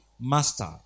master